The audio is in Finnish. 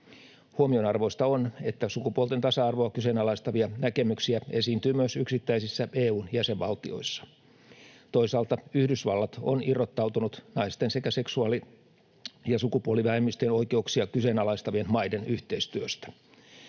Huomionarvoista on, että sukupuolten tasa-arvoa kyseenalaistavia näkemyksiä esiintyy myös yksittäisissä EU:n jäsenvaltioissa. Toisaalta Yhdysvallat on irrottautunut naisten sekä seksuaali- ja sukupuolivähemmistöjen oikeuksia kyseenalaistavien maiden yhteistyöstä.